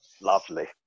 Lovely